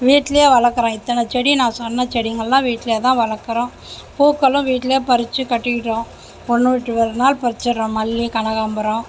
வீட்டிலயே வளர்க்குறோம் இத்தனை செடியும் நான் சொன்ன செடிங்கள்லாம் வீட்டுலயே தான் வளர்க்குறோம் பூக்களும் வீட்டுலயே பறிச்சு கட்டிவிடுறோம் ஒன்று விட்டு ஒரு நாள் பறிச்சிவிடுறோம் மல்லி கனகாம்பரம்